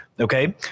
Okay